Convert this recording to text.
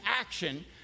action